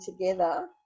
together